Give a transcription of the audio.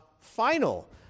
final